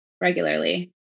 regularly